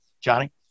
Johnny